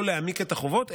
לא להעמיק את החובות,